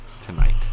tonight